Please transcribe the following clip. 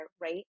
right